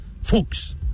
folks